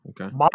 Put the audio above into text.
Okay